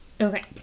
Okay